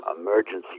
emergency